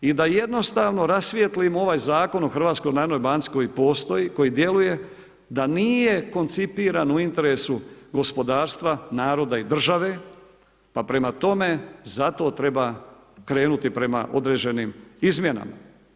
I da jednostavno rasvijetlimo ovaj Zakon o HNB-u koji postoji, koji djeluje, da nije koncipiran u interesu gospodarstva, naroda i države, pa prema tome zato treba krenuti prema određenim izmjenama.